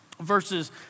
verses